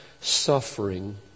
suffering